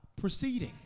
proceeding